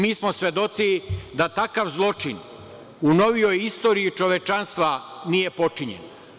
Mi smo svedoci da takav zločin, u novijoj istoriji čovečanstva nije počinjen.